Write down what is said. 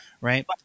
Right